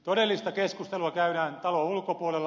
todellista keskustelua käydään talon ulkopuolella